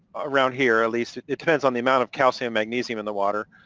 around here at least, it depends on the amount of calcium, magnesium in the water.